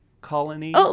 colony